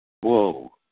Whoa